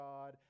God